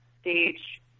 stage